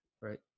right